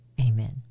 Amen